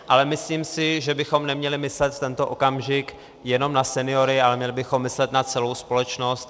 Ale myslím si, že bychom neměli myslet v tento okamžik jenom na seniory, ale měli bychom myslet na celou společnost.